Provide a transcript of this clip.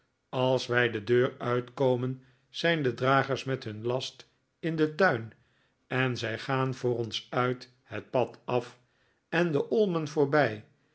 als wij de deur uitkomen zijn de dragers met hun last in den tuin en zij gaan voor ons uit het pad af en de olmen voorbij